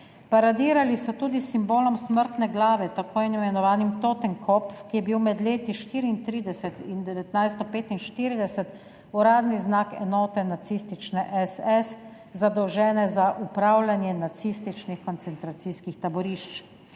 Paradirali so tudi s simbolom smrtne glave, tako imenovanim Totenkopf, ki je bil med leti 1934 in 1945 uradni znak enote nacistične SS, zadolžene za upravljanje nacističnih koncentracijskih taborišč.